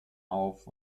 auf